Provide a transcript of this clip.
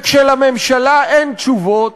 וכשלממשלה אין תשובות,